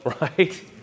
right